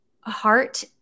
heart